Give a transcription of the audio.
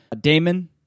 Damon